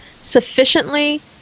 sufficiently